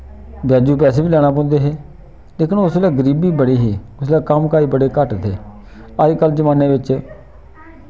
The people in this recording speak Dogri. ब्याजू पैसे बी लैना पौंदे हे लेकिन उसलै गरीबी बड़ी ही उसलै कम्म काज बड़े घट्ट हे अजकल दे जमाने बिच